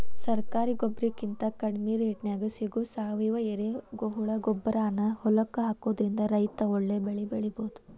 ಸರಕಾರಿ ಗೊಬ್ಬರಕಿಂತ ಕಡಿಮಿ ರೇಟ್ನ್ಯಾಗ್ ಸಿಗೋ ಸಾವಯುವ ಎರೆಹುಳಗೊಬ್ಬರಾನ ಹೊಲಕ್ಕ ಹಾಕೋದ್ರಿಂದ ರೈತ ಒಳ್ಳೆ ಬೆಳಿ ಬೆಳಿಬೊದು